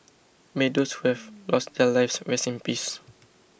may those who have lost their lives rest in peace